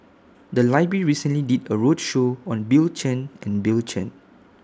The Library recently did A roadshow on Bill Chen and Bill Chen